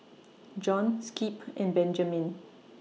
Jon Skip and Benjamine